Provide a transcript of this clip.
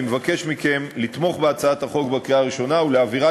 אני מבקש מכם לתמוך בהצעת החוק בקריאה ראשונה ולהעבירה